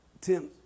Tim